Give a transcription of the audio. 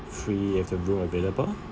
free with the room available